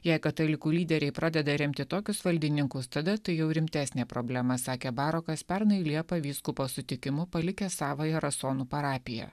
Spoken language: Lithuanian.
jei katalikų lyderiai pradeda remti tokius valdininkus tada tai jau rimtesnė problema sakė barokas pernai liepą vyskupo sutikimu palikęs savąją rasonų parapiją